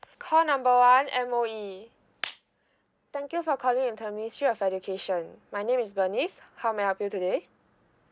call number one M_O_E thank you for calling the ministry of education my name is bernice how may I help you today